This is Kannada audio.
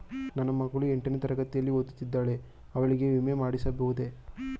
ನನ್ನ ಮಗಳು ಎಂಟನೇ ತರಗತಿಯಲ್ಲಿ ಓದುತ್ತಿದ್ದಾಳೆ ಅವಳಿಗೆ ವಿಮೆ ಮಾಡಿಸಬಹುದೇ?